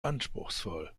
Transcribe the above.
anspruchsvoll